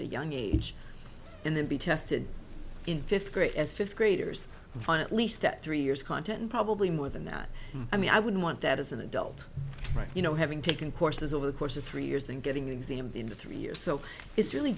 a young age and then be tested in fifth grade as fifth graders find at least that three years content and probably more than that i mean i wouldn't want that as an adult you know having taken courses over the course of three years and getting the exam in three years so it's really